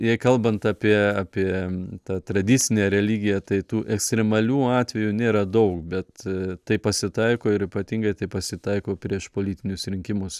jai kalbant apie apie tą tradicinę religiją tai tų ekstremalių atvejų nėra daug bet tai pasitaiko ir ypatingai tai pasitaiko prieš politinius rinkimus